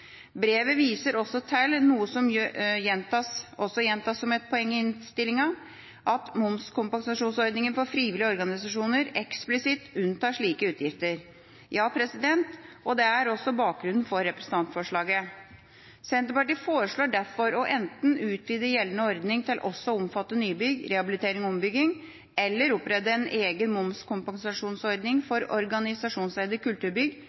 Brevet viser også til – noe som også gjentas som et poeng i innstillingen – at momskompensasjonsordningen for frivillige organisasjoner eksplisitt unntar slike utgifter. Ja, og det er også bakgrunnen for representantforslaget. Senterpartiet foreslår derfor enten å utvide gjeldende ordning til også å omfatte nybygg, rehabilitering og ombygging eller å opprette en egen momskompensasjonsordning for organisasjonseide kulturbygg,